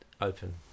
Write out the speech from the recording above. open